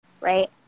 Right